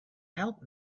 help